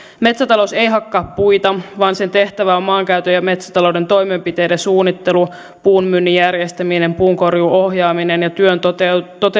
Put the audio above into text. metsätalous ei hakkaa puita vaan sen tehtävä on maankäytön ja metsätalouden toimenpiteiden suunnittelu puun myynnin järjestäminen puunkorjuun ohjaaminen ja työn toteutuksen kilpailutus